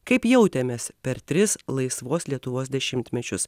kaip jautėmės per tris laisvos lietuvos dešimtmečius